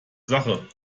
sache